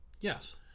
Yes